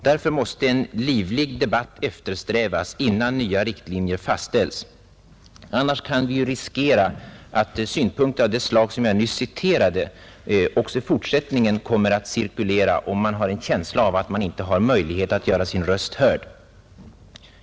Därför måste en livlig debatt eftersträvas innan nya riktlinjer fastställs. Annars kan vi riskera att synpunkter av det slag, som jag nyss citerade, också i fortsättningen kommer att cirkulera, varvid många kan få en känsla av att inte ha någon möjlighet att göra sin röst hörd.